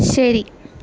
ശരി